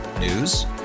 News